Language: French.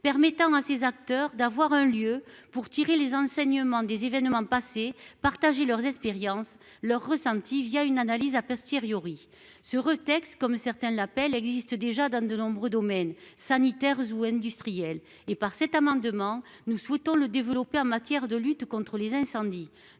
permettant à ses acteurs de tirer les enseignements des événements passés et de partager leurs expériences et leurs ressentis une analyse. Ce retour d'expérience, ou retex comme certains l'appellent, se pratique déjà dans de nombreux domaines, sanitaires ou industriels. Par cet amendement, nous souhaitons le développer en matière de lutte contre les incendies.